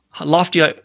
lofty